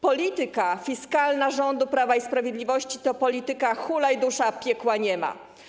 Polityka fiskalna rządu Prawa i Sprawiedliwości to polityka ˝hulaj dusza, piekła nie ma˝